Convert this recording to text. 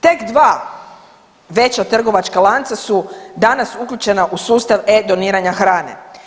Tek dva veća trgovačka lanca su danas uključena u sustav e-doniranja hrane.